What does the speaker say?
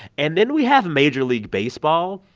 and then we have major league baseball,